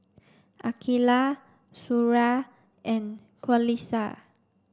Aqilah Suria and Qalisha